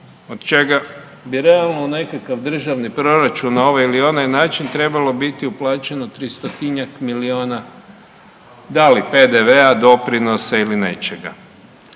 od čega bi realno u nekakav državni proračun na ovaj ili onaj način trebalo biti uplaćeno 300-tinjak milijuna, da li PDV-a, doprinosa ili nečega.